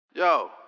Yo